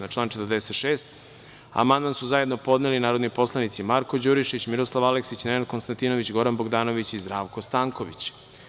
Na član 46. amandman su zajedno podneli narodni poslanici Marko Đurišić, Miroslav Aleksić, Nenad Konstantinović, Goran Bogdanović i Zdravko Stanković.